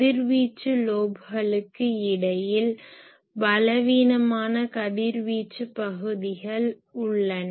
கதிர்வீச்சு லோப்களுக்கு இடையில் பலவீனமான கதிர்வீச்சு பகுதிகள் உள்ளன